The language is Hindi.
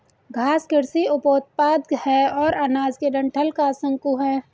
घास कृषि उपोत्पाद है और अनाज के डंठल का शंकु है